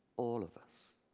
all of us.